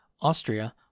Austria